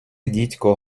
дідько